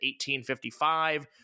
1855